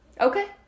Okay